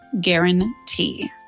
guarantee